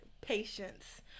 Patience